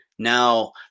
Now